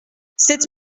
cette